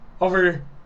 over